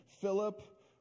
Philip